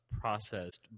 processed